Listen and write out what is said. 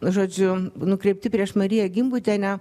žodžiu nukreipti prieš mariją gimbutienę